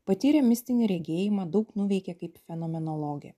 patyrė mistinį regėjimą daug nuveikė kaip fenomenologė